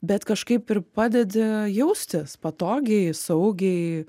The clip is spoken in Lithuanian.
bet kažkaip ir padedi jaustis patogiai saugiai